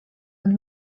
und